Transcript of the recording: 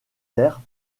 terre